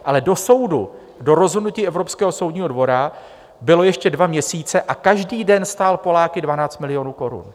Ale do soudu, do rozhodnutí Evropského soudního dvora, byly ještě dva měsíce a každý den stál Poláky 12 milionů korun.